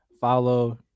follow